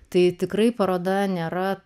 tai tikrai paroda nėra